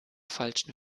falschen